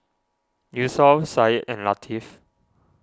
Yusuf Said and Latif